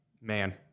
Man